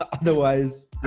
Otherwise